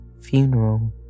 Funeral